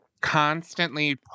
constantly